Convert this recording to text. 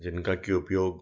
जिनका कि उपयोग